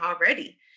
already